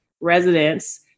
residents